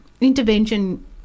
intervention